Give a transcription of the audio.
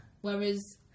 whereas